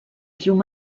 llum